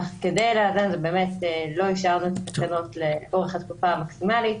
אך כדי לאזן באמת לא אישרנו את התקנות לאורך התקופה המקסימלית,